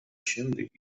შემდეგ